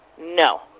No